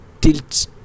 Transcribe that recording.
tilt